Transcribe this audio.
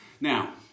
Now